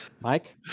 Mike